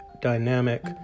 dynamic